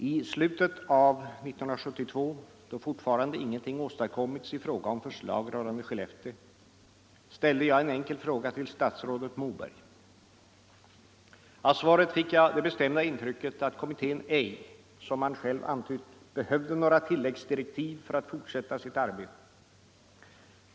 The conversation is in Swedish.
I slutet av 1972, då fortfarande ingenting åstadkommits i fråga om förslag rörande Skellefteå, ställde jag en enkel fråga till statsrådet Moberg. Av svaret fick jag det bestämda intrycket att kommittén ej, som den själv antytt, behövde några tilläggsdirektiv för att fortsätta sitt arbete.